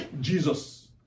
Jesus